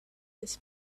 this